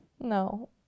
No